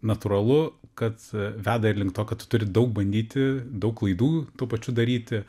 natūralu kad veda ir link to kad tu turi daug bandyti daug klaidų tuo pačiu daryti